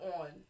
on